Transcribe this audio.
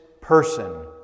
person